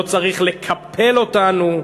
לא צריך לקפל אותנו.